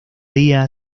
día